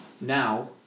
now